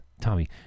Tommy